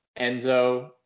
Enzo